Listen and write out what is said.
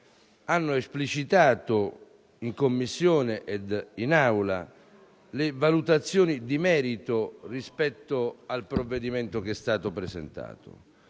hanno esplicitato in Commissione e in Aula le valutazioni di merito rispetto al provvedimento che è stato presentato.